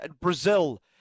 Brazil